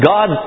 God